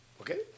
Okay